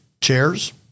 chairs